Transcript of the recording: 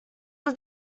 ist